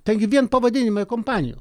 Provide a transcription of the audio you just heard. taigi vien pavadinimai kompanijų